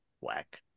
whack